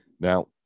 Now